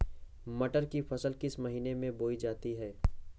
मटर की फसल किस महीने में बोई जाती है?